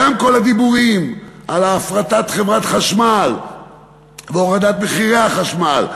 גם כל הדיבורים על הפרטת חברת החשמל והורד מחירי החשמל,